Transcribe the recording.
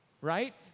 Right